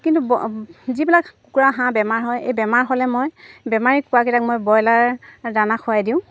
কিন্তু ব যিবিলাক কুকুৰা হাঁহ বেমাৰ হয় এই বেমাৰ হ'লে মই বেমাৰী খোৱাকেইটাক মই ব্ৰইলাৰ দানা খুৱাই দিওঁ